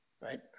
right